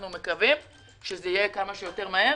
אנחנו מקווים שזה יהיה כמה שיותר מהר,